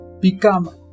become